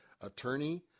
attorney